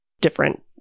different